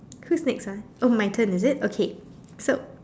who's next ah okay my turn is it okay so